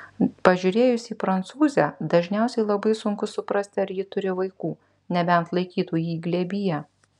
pažiūrėjus į prancūzę dažniausiai labai sunku suprasti ar ji turi vaikų nebent laikytų jį glėbyje